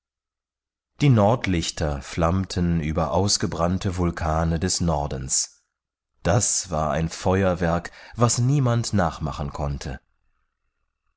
die nordlichter flammten über ausgebrannte vulkane des nordens das war ein feuerwerk was niemand nachmachen konnte